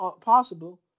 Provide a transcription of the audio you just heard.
possible